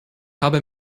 habe